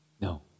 No